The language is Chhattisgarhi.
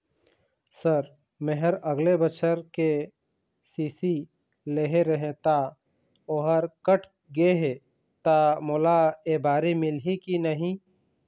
सर मेहर अगले बछर के.सी.सी लेहे रहें ता ओहर कट गे हे ता मोला एबारी मिलही की नहीं?